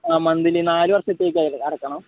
ആ മന്തിലി നാല് വർഷത്തേക്ക് അതിൽ അടക്കണം